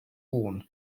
horn